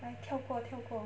I 跳过跳过